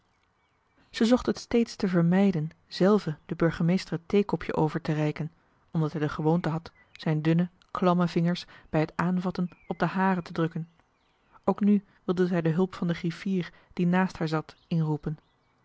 zij zocht het steeds te vermijden zelve den burgemeester het theekopje overtereiken omdat hij de gewoonte had zijn dunne klamme vingers bij het aanvatten op de haren te drukken ook nu wilde zij de hulp van den griffier die naast haar zat inroepen